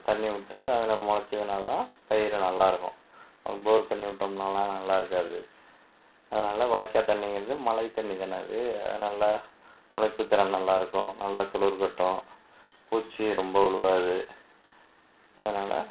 தண்ணி விட்டு அதில் முளைச்சினாலதான் பயிர் நல்லா இருக்கும் போர் தண்ணி விட்டோம்னா நல்லா இருக்காது அதனால் வாய்க்கால் வந்து தண்ணி மழை தண்ணிதானே அது நல்லா முளைப்புதிறன் நல்லா இருக்கும் நல்லா துளிர் கட்டும் பூச்சி ரொம்ப விழுவாது அதனால